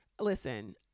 listen